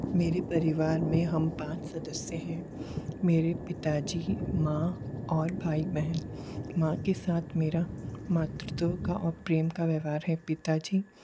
मेरे परिवार में हम पाँच सदस्य हैं मेरे पिता जी माँ और भाई बहन माँ के साथ मेरा मातृत्व का और प्रेम का व्यवहार है पिता जी